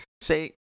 say